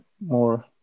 more